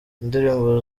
indirimbo